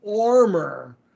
armor